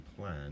plan